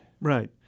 right